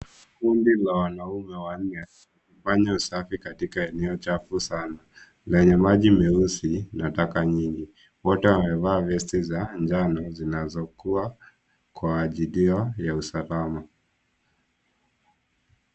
Kundi la wanaume wanne wakifanya usafi katika eneo chafu sana, lenye maji meusi na taka nyingi. Wote wamevaa vesti za njano zinazokuwa kwa ajili ya usalama.